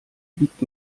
wiegt